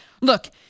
look